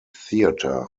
theatre